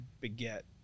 beget